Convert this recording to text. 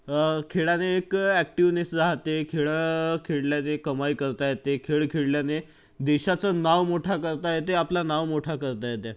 खेलाने एक ऍक्टिव्हनेस राहते खेळ खेळल्याने कमाई करता येते खेळ खेळल्याने देशाचं नाव मोठा करता येते आपलं नाव मोठा करता येते